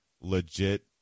legit